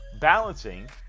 balancing